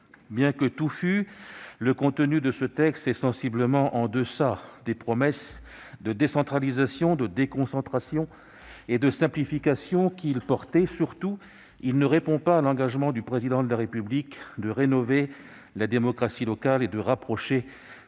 bien que touffu, le contenu de ce texte est sensiblement en deçà des promesses de « décentralisation », de « déconcentration » et de « simplification » qu'il portait. Surtout, il ne répond pas à l'engagement du Président de la République de rénover la démocratie locale et de rapprocher